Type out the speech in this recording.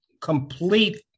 complete